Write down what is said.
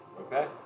Okay